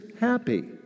happy